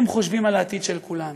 הם חושבים על העתיד של כולנו.